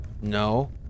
no